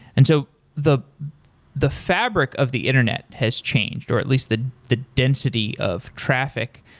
and so the the fabric of the internet has changed, or at least the the density of traffic.